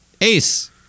Ace